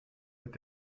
mit